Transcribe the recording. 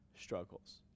struggles